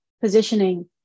positioning